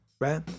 right